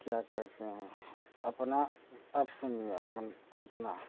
क्या कहते हैं अपना अब समझ में आ गया अपना